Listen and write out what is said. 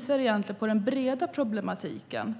sade tidigare på den breda problematiken.